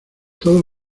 todos